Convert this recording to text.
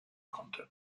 konnte